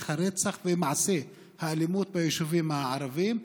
הרצח ומעשי האלימות ביישובים הערביים.